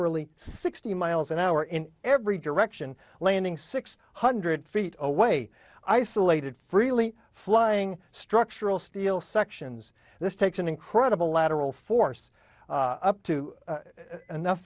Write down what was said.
lly sixty miles an hour in every direction landing six hundred feet away isolated freely flying structural steel sections this takes an incredible lateral force up to enough